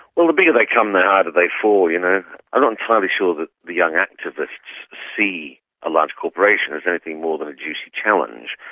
well, the bigger they come, the harder they fall. you know i'm not entirely sure that the young activists see a large corporation as anything more than a juicy challenge.